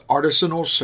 Artisanal